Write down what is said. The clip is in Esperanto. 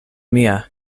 mia